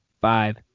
five